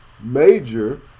major